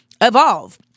evolve